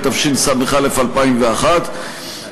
התשס"א 2001,